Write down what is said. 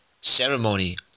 ceremony